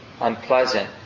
unpleasant